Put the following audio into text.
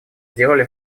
сделали